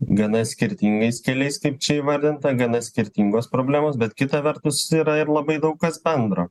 gana skirtingais keliais kaip čia įvardinta gana skirtingos problemos bet kita vertus yra ir labai daug kas bendro